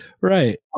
right